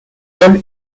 gol